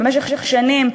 במשך שנים,